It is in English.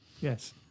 Yes